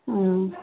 অঁ